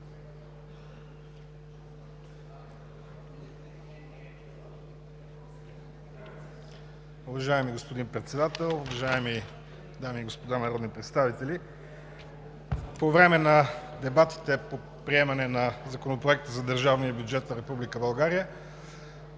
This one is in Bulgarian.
Уважаеми господин Председател, уважаеми дами и господа народни представители! По време на дебатите по приемане на Законопроекта за държавния бюджет на